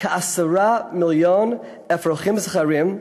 כ-10 מיליון אפרוחים זכרים,